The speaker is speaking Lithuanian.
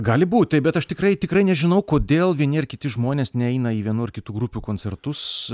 gali būt tai bet aš tikrai tikrai nežinau kodėl vieni ar kiti žmonės neina į vienų ar kitų grupių koncertus